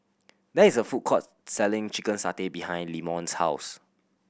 there is a food court selling chicken satay behind Leamon's house